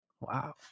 Wow